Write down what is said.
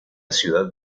ciudad